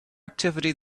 activity